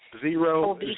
Zero